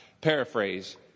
paraphrase